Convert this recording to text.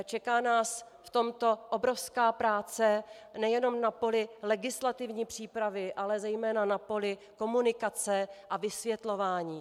Čeká nás v tomto obrovská práce nejenom na poli legislativní přípravy, ale zejména na poli komunikace a vysvětlování.